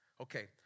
Okay